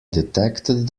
detected